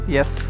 Yes